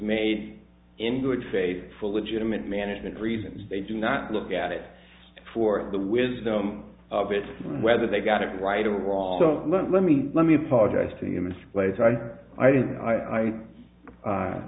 made in good faith for legitimate management reasons they do not look at it for the wisdom of it whether they got it right or wrong so let me let me apologize to you misplayed i did